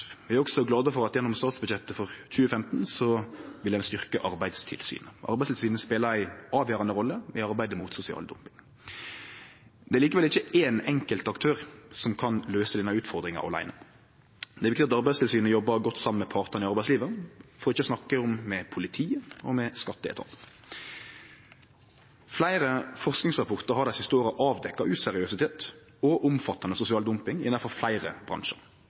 at gjennom statsbudsjettet for 2015 vil ein styrkje Arbeidstilsynet. Arbeidstilsynet speler ei avgjerande rolle i arbeidet mot sosial dumping. Det er likevel ikkje éin enkelt aktør som kan løyse denne utfordringa åleine. Det betyr at Arbeidstilsynet jobbar godt saman med partane i arbeidslivet, for ikkje å snakke om med politiet og med skatteetaten. Fleire forskingsrapportar har dei siste åra avdekt useriøsitet og omfattande sosial dumping innanfor fleire